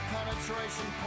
Penetration